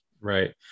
Right